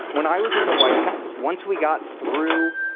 when i was in the white house, once we got through,